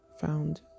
found